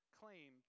claim